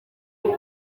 ubu